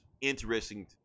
interesting